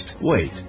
Wait